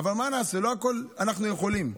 אבל מה נעשה, לא הכול אנחנו יכולים.